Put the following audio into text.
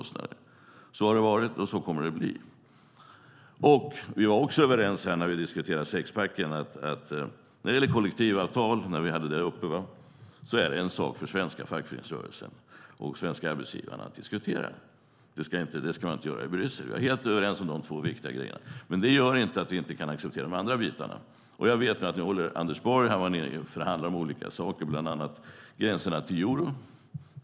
Så har det varit och så kommer det att bli. När det gäller sexpacken är vi överens om att kollektivavtal är en sak för den svenska fackföreningsrörelsen och de svenska arbetsgivarna att diskutera. Det ska man inte göra i Bryssel. Jag är helt överens med Ulla Andersson om det. Men det innebär inte att vi inte kan acceptera de andra delarna. Anders Borg har varit nere och förhandlat om bland annat gränserna till euron.